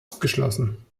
abgeschlossen